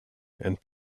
and